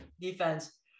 defense